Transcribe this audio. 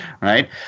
Right